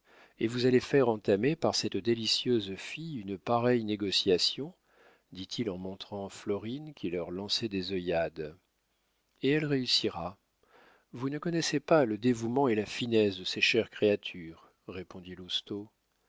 et vous allez faire entamer par cette délicieuse fille une pareille négociation dit-il en montrant florine qui leur lançait des œillades et elle réussira vous ne connaissez pas le dévouement et la finesse de ces chères créatures répondit